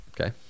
okay